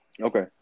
Okay